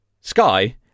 sky